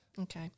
Okay